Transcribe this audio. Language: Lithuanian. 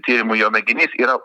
tyrimui jo mėginys yra